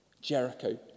Jericho